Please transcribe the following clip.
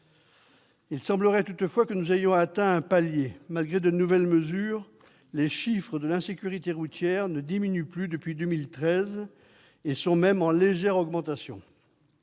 Il semblerait toutefois que nous ayons atteint un palier : malgré de nouvelles mesures, les chiffres de l'insécurité routière ne diminuent plus depuis 2013 et sont même en légère augmentation.